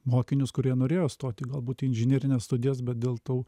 mokinius kurie norėjo stoti galbūt į inžinerines studijas bet dėl tų